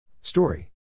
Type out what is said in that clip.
Story